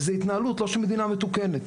וזה התנהלות לא של מדינה מתוקנת.